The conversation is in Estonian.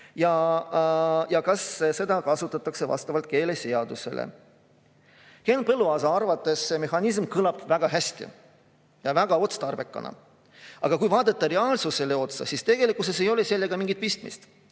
ja kas seda kasutatakse vastavalt keeleseadusele. Henn Põlluaasa arvates see mehhanism kõlab väga hästi ja tundub väga otstarbekana. Aga kui vaadata reaalsusele otsa, siis tegelikkuses ei ole sellega mingit pistmist.